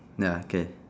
nah K